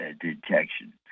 detection